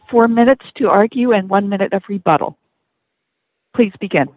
four minutes to argue and one minute every bottle please be